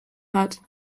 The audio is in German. hat